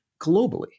globally